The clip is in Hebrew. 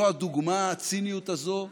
זה הדוגמה, הציניות הזאת,